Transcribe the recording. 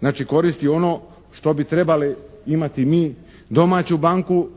znači koristi ono što bi trebali imati mi domaću banku.